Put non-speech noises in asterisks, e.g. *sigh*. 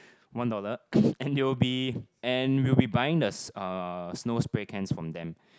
one dollar *noise* and they'll be and we'll be buying the s~ uh snow spray cans from them